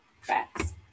facts